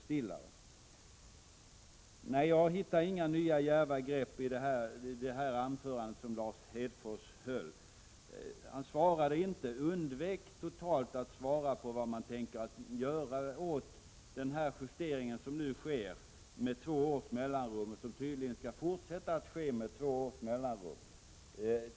Jag hittade alltså inte några nya, djärva grepp i det anförande som Lars Hedfors höll. Han undvek totalt att svara på vad man tänker göra åt de justeringar som sker med två års mellanrum och som tydligen skall fortsätta med samma intervaller.